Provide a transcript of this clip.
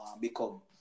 become